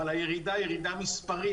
אבל הירידה היא ירידה מספרית.